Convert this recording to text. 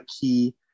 key